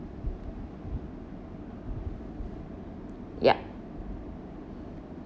ya